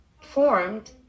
formed